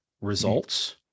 results